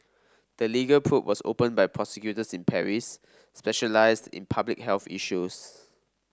the legal probe was opened by prosecutors in Paris specialised in public health issues